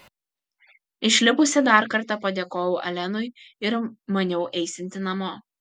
išlipusi dar kartą padėkojau alenui ir maniau eisianti namo